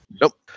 Nope